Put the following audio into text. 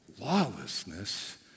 Lawlessness